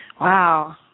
Wow